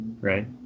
right